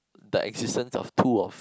the existence of two of